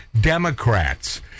Democrats